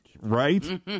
right